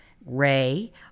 ray